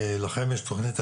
לכם יש תוכנית.